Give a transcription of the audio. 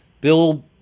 Bill